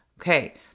Okay